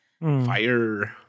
Fire